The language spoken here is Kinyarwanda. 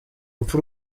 rupfu